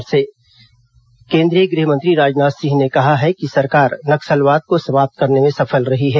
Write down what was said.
राजनाथ सिंह शिखर वार्ता गृह मंत्री राजनाथ सिंह ने कहा है कि सरकार नक्सलवाद को समाप्त करने में सफल रही है